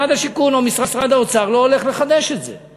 משרד השיכון או משרד האוצר לא הולך לחדש את זה.